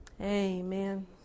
Amen